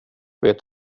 vet